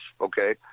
okay